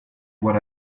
what